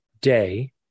day